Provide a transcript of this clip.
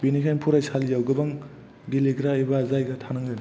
बेनिखायनो फरायसालियाव गोबां गेलेग्रा एबा जायगा थानांगोन